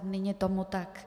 Není tomu tak.